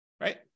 right